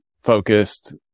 focused